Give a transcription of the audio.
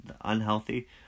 unhealthy